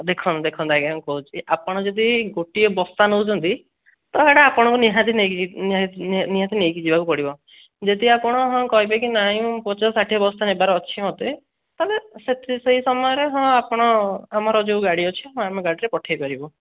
ଦେଖନ୍ତୁ ଦେଖନ୍ତୁ ଆଜ୍ଞା ମୁଁ କହୁଛି ଆପଣ ଯଦି ଗୋଟିଏ ବସ୍ତା ନଉଛନ୍ତି ତ ସେଇଟା ଆପଣଙ୍କୁ ନିହାତି ନେଇକି ନିହାତି ନେଇକି ଯିବାକୁ ପଡ଼ିବ ଯଦି ଆପଣ ହଁ କହିବେ କି ନାଇଁ ମୁଁ ପଚାଶ ଷାଠିଏ ବସ୍ତା ନେବାର ଅଛି ମୋତେ ତା'ହେଲେ ସେଥିରେ ସେହି ସମୟରେ ହଁ ଆପଣ ଆମର ଯେଉଁ ଗାଡ଼ି ଅଛି ଆମ ଗାଡ଼ିରେ ପଠାଇପାରିବୁ